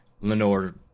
Lenore